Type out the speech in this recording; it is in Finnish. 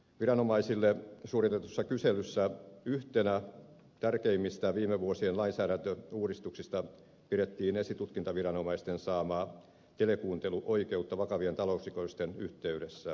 viranomaisille suoritetussa kyselyssä yhtenä tärkeimmistä viime vuosien lainsäädäntöuudistuksista pidettiin esitutkintaviranomaisten saamaa telekuunteluoikeutta vakavien talousrikosten yhteydessä